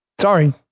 Sorry